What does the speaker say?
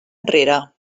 enrere